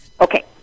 Okay